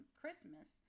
Christmas